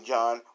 John